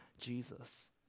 Jesus